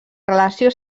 relació